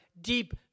deep